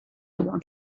want